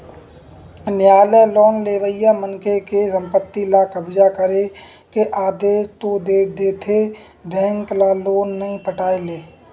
नियालय लोन लेवइया मनखे के संपत्ति ल कब्जा करे के आदेस तो दे देथे बेंक ल लोन नइ पटाय ले